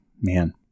man